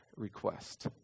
request